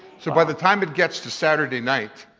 so by the time it gets to saturday night,